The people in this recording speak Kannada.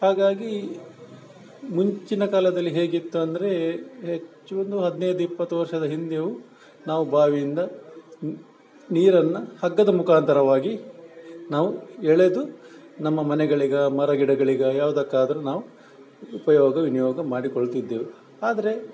ಹಾಗಾಗಿ ಮುಂಚಿನ ಕಾಲದಲ್ಲಿ ಹೇಗಿತ್ತು ಅಂದರೆ ಹೆಚ್ಚು ಒಂದು ಹದಿನೈದು ಇಪ್ಪತ್ತು ವರ್ಷದ ಹಿಂದೆಯೂ ನಾವು ಬಾವಿಯಿಂದ ನೀರನ್ನು ಹಗ್ಗದ ಮುಖಾಂತರವಾಗಿ ನಾವು ಎಳೆದು ನಮ್ಮ ಮನೆಗಳಿಗ ಮರ ಗಿಡಗಳಿಗ ಯಾವುದಕ್ಕಾದ್ರೂ ನಾವು ಉಪಯೋಗ ವಿನಿಯೋಗ ಮಾಡಿಕೊಳ್ತಿದ್ದೆವು ಆದರೆ